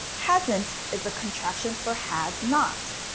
hasn't is a contraction for has not.